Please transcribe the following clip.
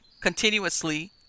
continuously